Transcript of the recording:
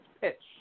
pitch